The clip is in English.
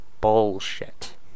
bullshit